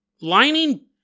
Lining